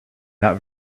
not